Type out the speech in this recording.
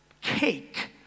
cake